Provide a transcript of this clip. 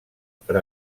per